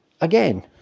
Again